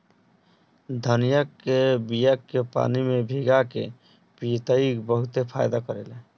धनिया के बिया के पानी में भीगा के पिय त ई बहुते फायदा करेला